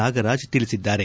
ನಾಗರಾಜ್ ತಿಳಿಸಿದ್ದಾರೆ